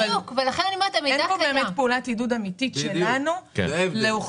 אבל אין פה באמת פעולת עידוד אמיתית שלנו לאוכלוסייה.